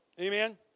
Amen